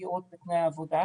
פגיעות בתנאי העבודה.